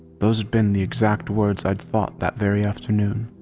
those had been the exact words i'd thought that very afternoon,